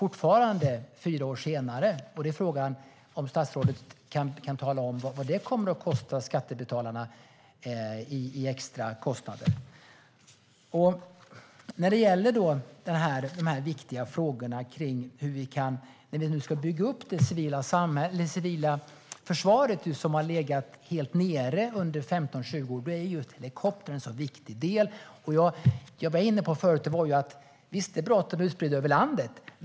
Frågan är om statsrådet kan tala om vad det kommer att kosta skattebetalarna i extra kostnader. När det gäller dessa viktiga frågor om hur vi ska bygga upp det civila försvaret som har legat helt nere under 15-20 år är helikoptrarna en så viktig del. Jag var förut inne på att det är bra att de är utspridda över landet.